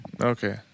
Okay